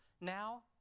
now